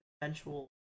eventual